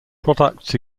products